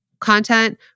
content